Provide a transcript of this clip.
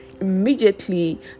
immediately